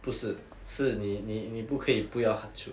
不是是你你你不可以不要 achoo